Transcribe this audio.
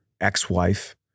ex-wife